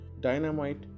Dynamite